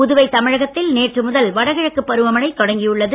புதுவை தமிழகத்தில் நேற்று முதல் வடகிழக்கு பருவமழை தொடங்கியுள்ளது